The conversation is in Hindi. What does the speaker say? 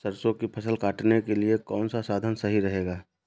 सरसो की फसल काटने के लिए कौन सा साधन सही रहेगा?